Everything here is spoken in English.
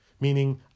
meaning